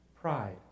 Pride